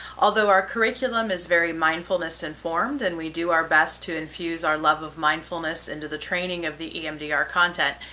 although our curriculum is very mindfulness informed, and we do our best to infuse our love of mindfulness into the training of the emdr content,